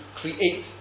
create